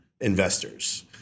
Investors